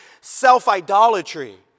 self-idolatry